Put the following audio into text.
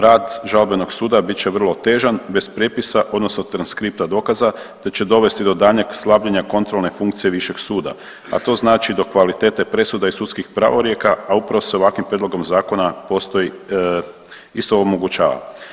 Rad žalbenog suda bit će vrlo otežan bez prijepisa, odnosno transkripta dokaza, te će dovesti do daljnjeg slabljenja kontrolne funkcije višeg suda, a to znači do kvalitete presuda i sudskih pravorijeka, a upravo se ovakvim prijedlogom zakona isto omogućava.